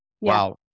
wow